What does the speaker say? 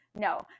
no